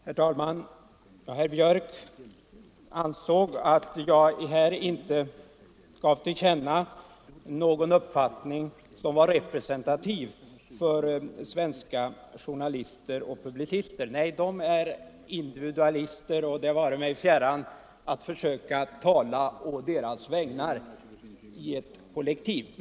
Herr talman! Herr Björck i Nässjö ansåg att jag här inte gav till känna någon uppfattning som var representativ för svenska journalister och publicister. Nej, de är individualister och därför vare det mig fjärran att försöka tala å deras vägnar i ett kollektiv.